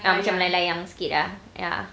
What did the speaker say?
ah macam melayang-layang sikit ah ya